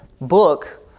book